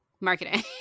marketing